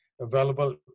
available